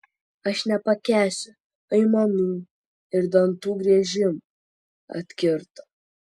aš nepakęsiu aimanų ir dantų griežimo atkirto